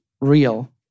real